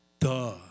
Duh